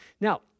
Now